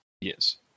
Yes